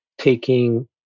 taking